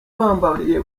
bambariye